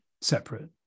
separate